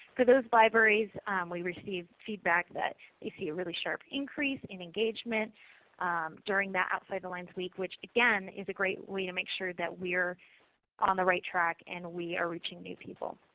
for those libraries we received feedback that they see a really sharp increase in engagement during that outside the lines week which again is a great way to make sure that we are on the right track and we are reaching new people.